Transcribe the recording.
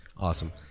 awesome